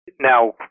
Now